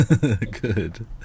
Good